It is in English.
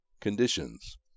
conditions